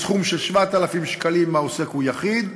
בסכום של 7,000 שקלים אם העוסק הוא יחיד,